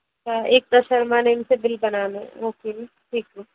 एकता Sharma name से bill बना लो ओके ठीक है